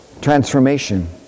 transformation